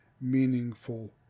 meaningful